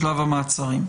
שלב המעצרים.